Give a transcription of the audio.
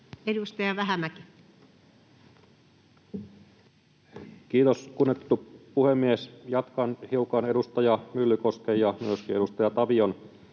Edustaja Vähämäki. Kiitos, kunnioitettu puhemies! Jatkan hiukan edustaja Myllykosken ja myöskin edustaja Tavion